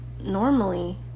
normally